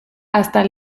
hasta